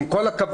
עם כל הכבוד,